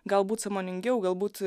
galbūt sąmoningiau galbūt